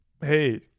hey